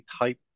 type